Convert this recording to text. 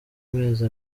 mezi